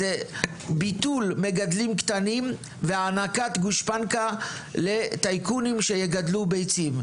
זה ביטול מגדלים קטנים והענקת גושפנקה לטייקונים שיגדלו ביצים.